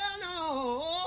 no